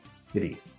city